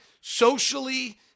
socially